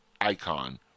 icon